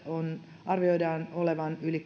on epäilty pilaantuneeksi arvioidaan olevan yli